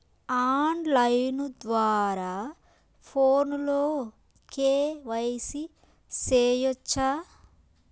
on line ద్వారా ఫోనులో KYC సేయొచ్చా